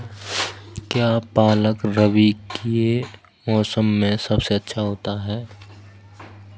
क्या पालक रबी के मौसम में सबसे अच्छा आता है?